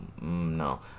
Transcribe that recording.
no